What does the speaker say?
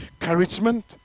encouragement